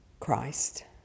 Christ